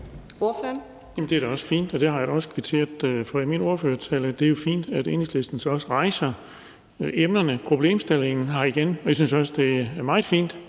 det er da også fint, og det har jeg da også kvitteret for i min ordførertale, altså at det er fint, at Enhedslisten rejser emnerne, problemstillingen, her igen. Jeg synes også, som jeg har